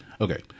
Okay